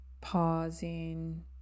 Pausing